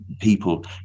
people